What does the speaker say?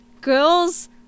girls